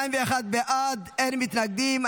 41 בעד, אין מתנגדים.